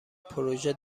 پروژه